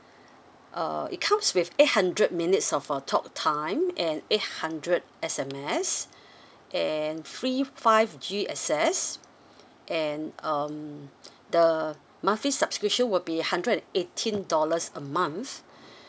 uh it comes with eight hundred minutes of a talk time and eight hundred S_M_S and free five G access and um the monthly subscription will be hundred and eighteen dollars a month